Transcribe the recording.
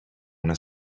una